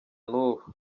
n’ubu